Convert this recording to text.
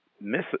miss